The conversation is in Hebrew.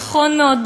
נכון מאוד,